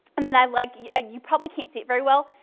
and then i like you ah you probably can't see it very well,